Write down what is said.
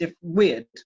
weird